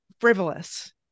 frivolous